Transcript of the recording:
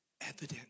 evident